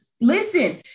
Listen